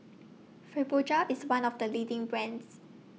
Fibogel IS one of The leading brands